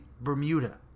Bermuda